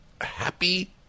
happy